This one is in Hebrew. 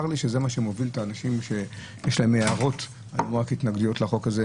צר לי שזה מה שמוביל את האנשים שיש להם הערות ורק התנגדויות לחוק הזה.